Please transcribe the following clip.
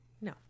No